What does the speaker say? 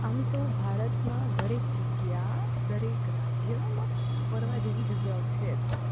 આમ તો ભારતમાં દરેક જગ્યા દરેક રાજ્યમાં ફરવા જેવી જગ્યાઓ છે જ